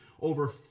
over